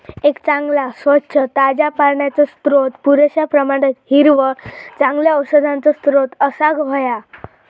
एक चांगला, स्वच्छ, ताज्या पाण्याचो स्त्रोत, पुरेश्या प्रमाणात हिरवळ, चांगल्या औषधांचो स्त्रोत असाक व्हया